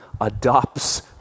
adopts